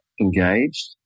engaged